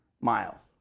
miles